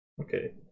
Okay